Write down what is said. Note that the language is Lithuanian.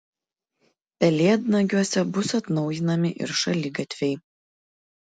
pelėdnagiuose bus atnaujinami ir šaligatviai